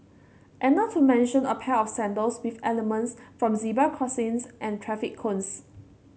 and not to mention a pair of sandals with elements from zebra crossings and traffic cones